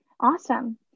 Awesome